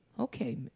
Okay